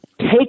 take